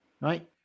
right